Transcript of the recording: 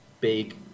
big